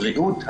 בריאות,